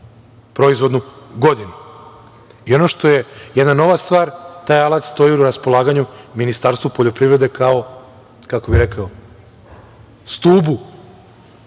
proizvodnu godinu. Ono što je nova stvar, taj alat stoji na raspolaganju Ministarstvu poljoprivrede kao, kako bih rekao, stubu